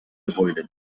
avoided